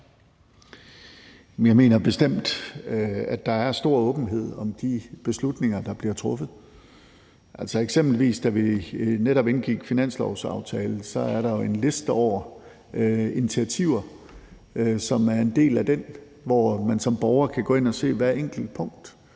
Jeg mener bestemt, at der er stor åbenhed om de beslutninger, der bliver truffet. Altså, jeg kan eksempelvis nævne, at da vi netop indgik finanslovsaftalen, var der jo en liste over initiativer, som er en del af den, og hvor man som borger kan gå ind at se hvert enkelt punkt.